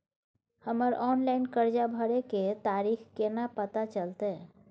हमर ऑनलाइन कर्जा भरै के तारीख केना पता चलते?